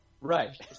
Right